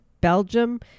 belgium